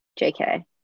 JK